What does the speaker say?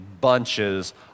bunches